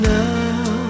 now